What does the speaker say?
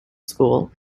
school